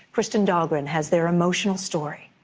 kristen dahlgren has their emotional story.